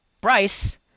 Bryce